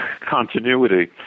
continuity